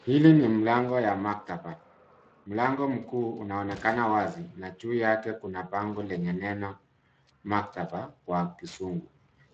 Hili ni mlango ya maktaba. Mlango mkuu unaonekana wazi na juu yake kuna bango lenye neno maktaba kwa kizungu.